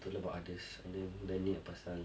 to learn about others and then they need a person